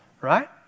right